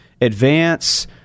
advance